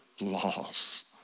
laws